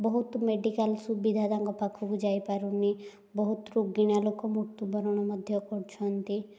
ବହୁତ ମେଡ଼ିକାଲ ସୁବିଧା ତାଙ୍କ ପାଖକୁ ଯାଇପାରୁନି ବହୁତ ରୋଗିଣା ଲୋକ ମୃତ୍ୟୁବରଣ ମଧ୍ୟ କରୁଛନ୍ତି